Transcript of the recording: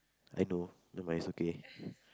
I know never mind is okay